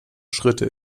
schritte